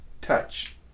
touch